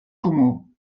comú